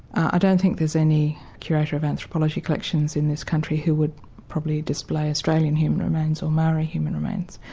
ah don't think there's any curator of anthropology collections in this country who would probably display australian human remains or maori human remains,